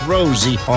Rosie